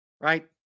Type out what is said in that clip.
right